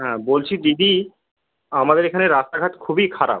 হ্যাঁ বলছি দিদি আমাদের এখানে রাস্তাঘাট খুবই খারাপ